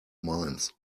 minds